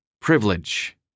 privilege